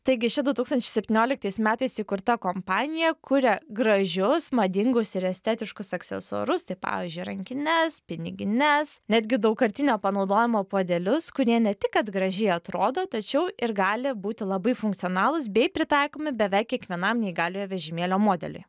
taigi ši du tūkstančiai septynioliktais metais įkurta kompanija kuria gražius madingus ir estetiškus aksesuarus tai pavyzdžiui rankines pinigines netgi daugkartinio panaudojimo puodelius kurie ne tik kad gražiai atrodo tačiau ir gali būti labai funkcionalūs bei pritaikomi beveik kiekvienam neįgaliojo vežimėlio modeliui